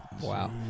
Wow